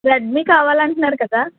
Redmi కావాలంటున్నారు కదా